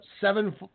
seven